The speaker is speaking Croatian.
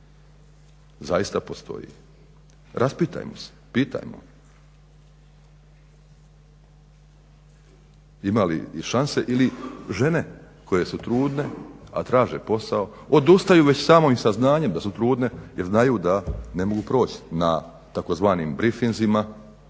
Zaista postoji. Raspitajmo se, pitajmo. Ima li šanse ili žene koje su trudne a traže posao odustaju već samim saznanjem da su trudne jer znaju da ne mogu proći na tzv. brifinzima,